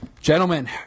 gentlemen